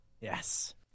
Yes